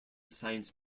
science